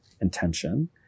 intention